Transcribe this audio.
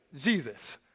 Jesus